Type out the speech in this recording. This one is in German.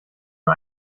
nur